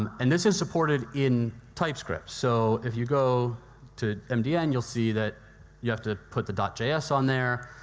um and this is supported in typescript. so if you go to mdm, you will see that you have to put the just on there,